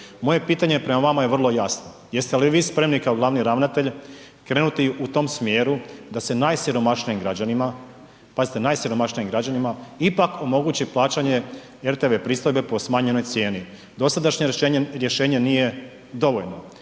Moje pitanje je prema vama je vrlo jasno. Jeste li vi spremni kao glavni ravnatelj krenuti u tom smjeru da se najsiromašnijim građanima, pazite najsiromašnijim građanima ipak omogući plaćanje rtv pristojbe po smanjenoj cijeni? Dosadašnje rješenje nije dovoljno,